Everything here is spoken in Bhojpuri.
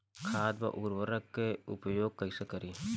खाद व उर्वरक के उपयोग कईसे करी?